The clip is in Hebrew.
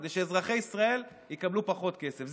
כדי שאזרחי ישראל יקבלו פחות כסף.